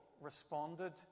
responded